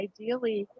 Ideally